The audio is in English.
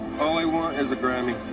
all i want is a grammy.